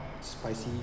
spicy